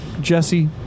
Jesse